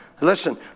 Listen